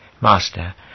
Master